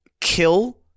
kill